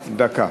דקה.